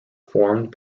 formed